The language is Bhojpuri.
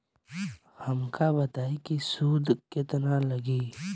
हमका बताई कि सूद केतना लागी?